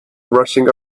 rushing